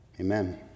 Amen